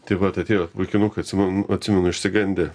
tai vat atėjo vaikinukai atsimenu atsimenu išsigandę